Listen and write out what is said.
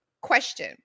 question